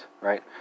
right